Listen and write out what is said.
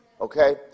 Okay